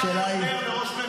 אדם אומר לראש הממשלה נבל.